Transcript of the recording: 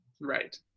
right